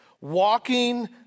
walking